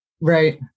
Right